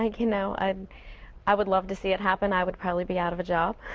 like you know um i would love to see it happen. i would probably be out of a job,